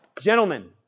gentlemen